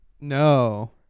No